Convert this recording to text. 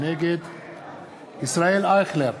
נגד ישראל אייכלר,